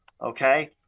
okay